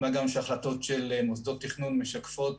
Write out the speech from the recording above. מה גם שההחלטות של מוסדות התכנון משקללות